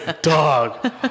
dog